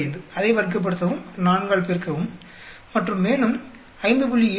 45 அதை வர்க்கப்படுத்தவும் 4 ஆல் பெருக்கவும் மற்றும் மேலும் 5